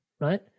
right